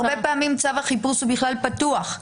הרבה פעמים צו החיפוש הוא בכלל פתוח.